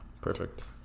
Perfect